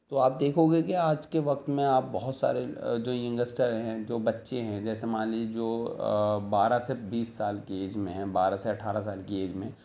تو آپ دیکھو گے کہ آج کے وقت میں آپ بہت سارے جو ینگسٹر ہیں جو بچے ہیں جیسے مان لیجیے جو بارہ سے بیس سال کی ایج میں ہیں بارہ سے اٹھارہ سال کی ایج میں